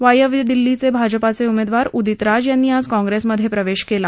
वायव्य दिल्लीचे भाजपाचे उमेदवार उदित राज यांनी आज काँग्रेसमधे प्रवेश केला